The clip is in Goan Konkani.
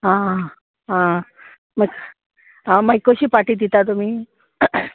आं आं आं मागी कशी पाटी दिता तुमी